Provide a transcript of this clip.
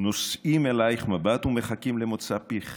נושאים אליך מבט ומחכים למוצא פיך: